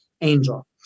angel